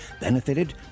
benefited